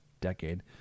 decade